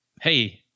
Hey